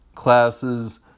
Classes